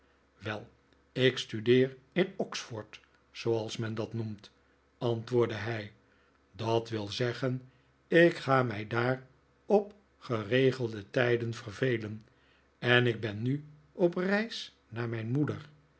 wel ik studeer in oxford zooals men dat noemt antwoordde hij dat wil zeggen ik ga mij daar op geregelde tijden vervelen en ik ben nu op reis naar mijn moeder